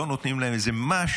לא נותנים להם איזה משהו,